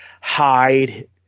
Hide